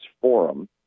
Forum